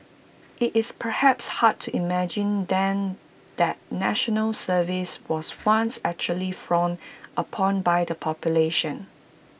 IT is perhaps hard to imagine then that National Service was once actually frowned upon by the population